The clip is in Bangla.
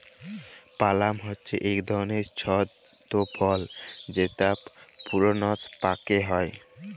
পালাম হছে ইক ধরলের ছট ফল যেট পূরুনস পাক্যে হয়